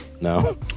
no